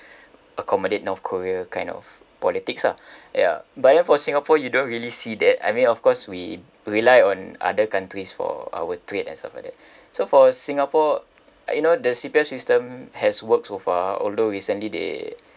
accommodate north korea kind of politics ah ya but then for singapore you don't really see that I mean of course we rely on other countries for our trade and stuff like that so for singapore uh you know the C_P_F system has worked so far although recently they